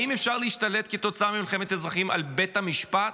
אפשר להשתלט, כתוצאה ממלחמת אזרחים, על בית המשפט?